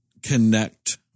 connect